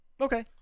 Okay